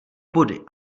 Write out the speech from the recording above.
body